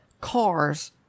cars